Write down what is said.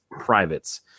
Privates